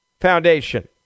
Foundation